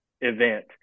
event